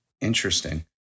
Interesting